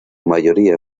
mayoría